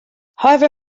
however